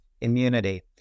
immunity